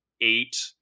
eight